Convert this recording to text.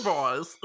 Boys